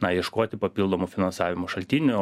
na ieškoti papildomų finansavimo šaltinių